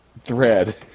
thread